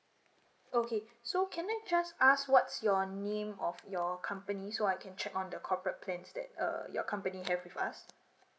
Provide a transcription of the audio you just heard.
okay so can I just ask what's your name or your company so I can check on the corporate plans that err your company have with us